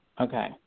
Okay